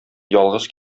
ялгыз